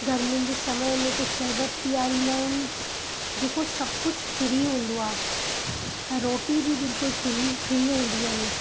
गर्मियुनि जे समय में हिते शर्बत पीआरींदा आहिनि जेको सभु कुझु फ्री हूंदो आहे रोटी बि बिल्कुल फ्री फ्री हूंदी आहे